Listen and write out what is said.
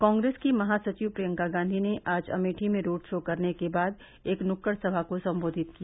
कॉप्रेस की महासचिव प्रियंका गांधी ने आज अमेठी में रोड शो करने के बाद एक नुक्कड़ सभा को सम्बोधित किया